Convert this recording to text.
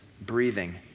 breathing